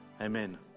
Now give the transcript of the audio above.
Amen